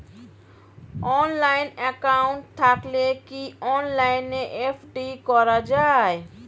Online account থাকলে কি অনলাইনে এফ.ডি করা যায়?